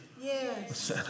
Yes